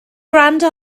gwrando